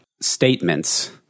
statements